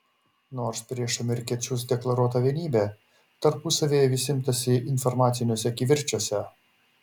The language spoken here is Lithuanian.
nors prieš amerikiečius deklaruota vienybė tarpusavyje vis imtasi informaciniuose kivirčuose